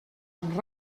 amb